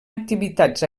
activitats